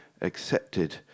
accepted